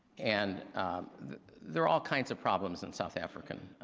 and there're all kinds of problems in south africa,